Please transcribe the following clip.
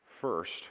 First